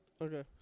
Okay